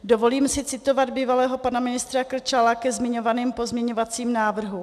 Dovolím si citovat bývalého pana ministra Krčála ke zmiňovaným pozměňovacím návrhům.